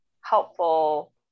helpful